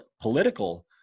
political